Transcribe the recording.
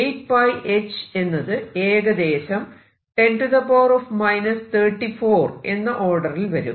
8𝜋h എന്നത് ഏകദേശം 10 34 എന്ന ഓർഡറിൽ വരും